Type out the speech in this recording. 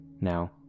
Now